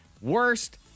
worst